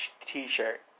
t-shirt